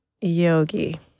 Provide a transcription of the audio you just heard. Yogi